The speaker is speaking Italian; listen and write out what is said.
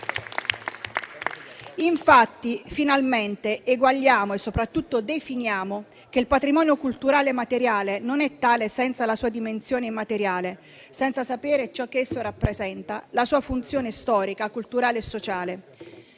Infatti, finalmente eguagliamo e soprattutto definiamo che il patrimonio culturale materiale non è tale senza la sua dimensione immateriale, senza sapere ciò che esso rappresenta, la sua funzione storica, culturale e sociale.